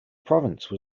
province